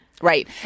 Right